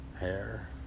hair